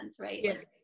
right